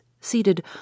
seated